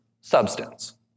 substance